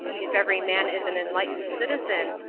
if every man is an enlightened citizen,